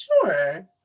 sure